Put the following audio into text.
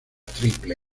triple